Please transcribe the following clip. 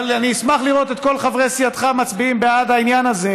אבל אני אשמח לראות את כל חברי סיעתך מצביעים בעד העניין הזה,